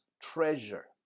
treasure